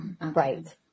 Right